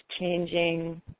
changing